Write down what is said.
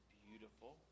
beautiful